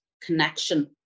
connection